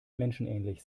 menschenähnlich